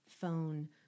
phone